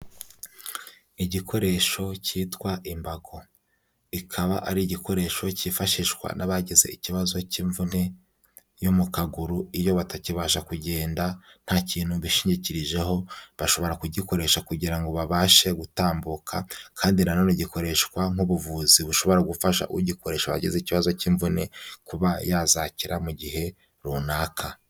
Igikoresho cyitwa imbago. Ikaba ari igikoresho cyifashishwa n'abagize ikibazo cy'imvune yo mu kaguru iyo batakibasha kugenda nta kintu bishingikirijeho, bashobora kugikoresha kugira ngo babashe gutambuka, kandi nanone gikoreshwa nk'ubuvuzi bushobora gufasha ugikoresha wagize ikibazo cy'imvune kuba yazakira mu gihe runaka.